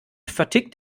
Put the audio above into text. vertickt